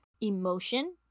emotion